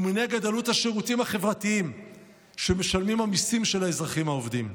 ומנגד: עלות השירותים החברתיים שמשלמים המיסים של האזרחים העובדים.